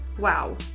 wow.